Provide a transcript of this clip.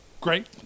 Great